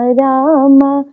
rama